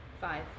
Five